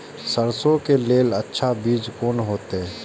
सरसों के लेल अच्छा बीज कोन होते?